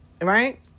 right